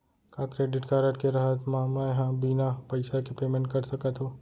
का credit card के रहत म, मैं ह बिना पइसा के पेमेंट कर सकत हो?